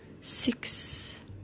Six